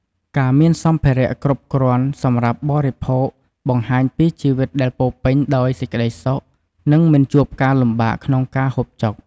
ការមានសម្ភារៈគ្រប់គ្រាន់សម្រាប់បរិភោគបង្ហាញពីជីវិតដែលពោរពេញដោយសេចក្តីសុខ និងមិនជួបការលំបាកក្នុងការហូបចុក។